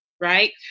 right